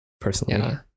personally